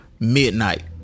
Midnight